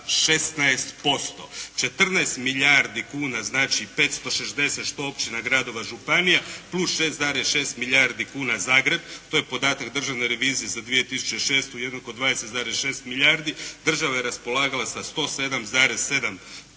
16%, 14 milijardi kuna, znači 560 što općina, gradova, županija plus 6,6 milijardi kuna Zagreb, to je podatak državne revizije za 2006. jednako 20,6 milijardi, država je raspolagala sa 107,7 milijardi